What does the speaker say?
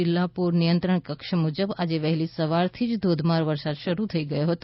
જિલ્લા પુર નિયંત્રણકક્ષ મુજબ આજે વહેલી સવારથી જ ધોધમાર વરસાદ શરૂ થઈ ગયો હતો